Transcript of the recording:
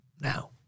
Now